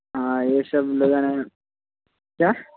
हाँ ये सब लगाना है क्या